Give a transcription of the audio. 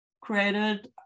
created